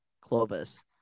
clovis